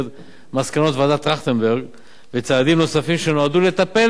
מסקנות ועדת-טרכטנברג וצעדים נוספים שנועדו לטפל